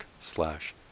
slash